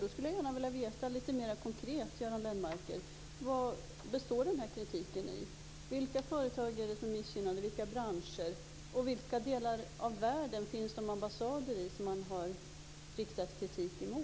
Jag skulle gärna vilja veta lite mer konkret, Göran Lennmarker, vari den här kritiken består. Vilka företag och vilka branscher är missgynnade, och i vilka delar av världen finns de ambassader som man har riktat kritik emot?